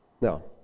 No